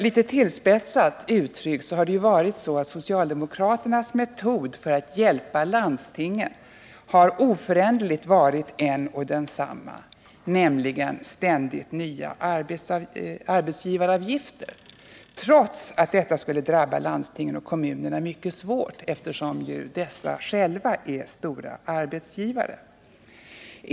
Litet tillspetsat uttryckt har socialdemokraternas metod för att ”hjälpa” landstingen oföränderligt varit en och densamma, nämligen ständigt nya arbetsgivaravgifter, trots att de skulle drabba landstingen och kommunerna mycket hårt, eftersom dessa själva är stora arbetsgivare.